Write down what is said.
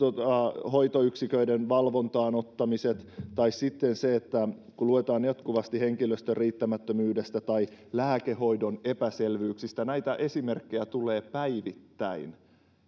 mainitut avin hoitoyksiköiden valvontaan ottamiset tai sitten se että luetaan jatkuvasti henkilöstön riittämättömyydestä tai lääkehoidon epäselvyyksistä näitä esimerkkejä tulee päivittäin